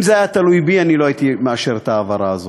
אם זה היה תלוי בי, לא הייתי מאשר את ההעברה הזאת,